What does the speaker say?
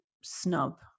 snub